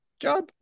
job